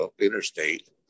interstate